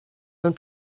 mewn